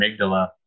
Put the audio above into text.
amygdala